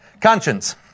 Conscience